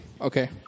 Okay